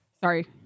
Sorry